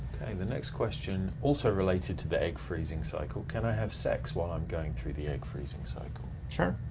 the next question also relates it to the egg freezing cycle. can i have sex while i'm going through the egg freezing cycle? sure,